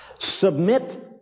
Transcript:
Submit